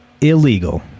illegal